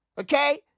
Okay